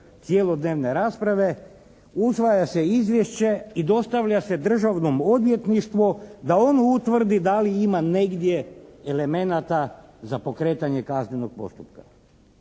cjelodnevne rasprave usvaja se izvješće i dostavlja se Državnom odvjetništvu da ono utvrdi da li ima negdje elemenata za pokretanje kaznenog postupka?